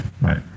Right